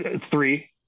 Three